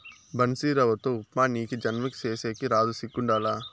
బన్సీరవ్వతో ఉప్మా నీకీ జన్మకి సేసేకి రాదు సిగ్గుండాల